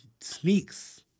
sneaks